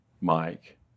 Mike